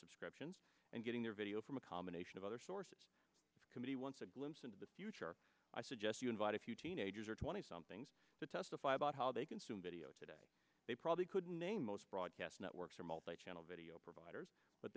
subscriptions and getting their video from a combination of other sources committee once a glimpse into the future i suggest you invite a few teenagers or twenty somethings to testify about how they consume video today they probably couldn't name most broadcast networks or multichannel video providers but